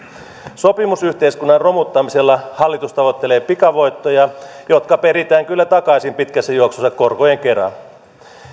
sopimusyhteiskunnan romuttamisella hallitus tavoittelee pikavoittoja jotka peritään kyllä takaisin pitkässä juoksussa korkojen kera